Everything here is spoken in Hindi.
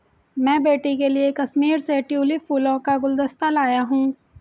मैं बेटी के लिए कश्मीर से ट्यूलिप फूलों का गुलदस्ता लाया हुं